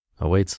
awaits